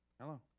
Hello